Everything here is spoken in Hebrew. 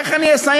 איך אני אסיים?